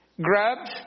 grabbed